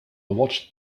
watched